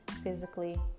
physically